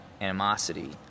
animosity